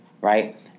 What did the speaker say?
right